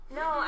no